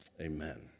Amen